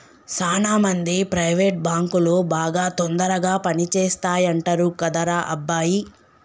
సాన మంది ప్రైవేట్ బాంకులు బాగా తొందరగా పని చేస్తాయంటరు కదరా అబ్బాయి